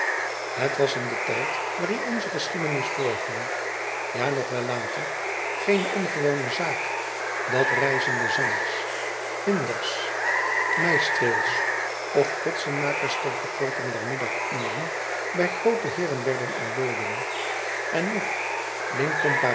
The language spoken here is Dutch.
het was in den tijd waarin onze geschiedenis voorviel ja nog wel later geene ongewone zaak dat reizende zangers vinders meistreels of potsenmakers ter verkorting der middaguren bij groote heeren werden ontboden en noch